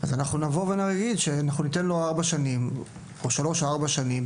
אנחנו ניתן לו שלוש או ארבע שנים,